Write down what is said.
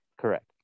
Correct